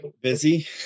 busy